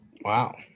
Wow